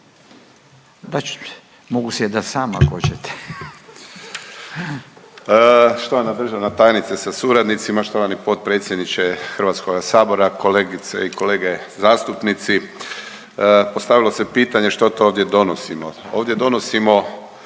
**Klarić, Tomislav (HDZ)** Štovana državna tajnice sa suradnicima, štovani potpredsjedniče HS, kolegice i kolege zastupnici. Postavilo se pitanje što to ovdje donosimo? Ovdje donosimo